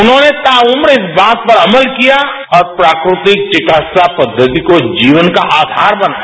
उन्होंने ताउम्र इस बात पर अमल किया और प्राकृतिक चिकित्सा पद्धति को जीवन का आधार बनाया